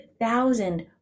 thousand